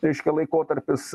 reiškia laikotarpis